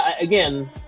again